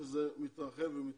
וזה מתרחב ומתרחב.